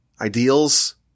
ideals